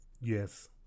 Yes